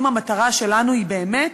אם המטרה שלנו היא באמת